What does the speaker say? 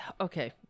okay